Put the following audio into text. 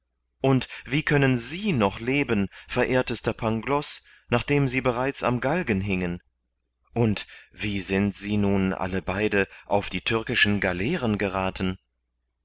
und wie können sie noch leben verehrtester pangloß nachdem sie bereits am galgen hingen und wie sind sie nun alle beide auf die türkischen galeeren gerathen